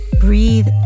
breathe